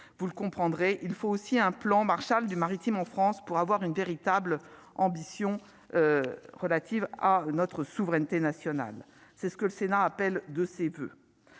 vous le comprendrez, il faut aussi un plan Marshall du maritime en France pour avoir une véritable ambition relatives à notre souveraineté nationale, c'est ce que le Sénat appelle de ses voeux,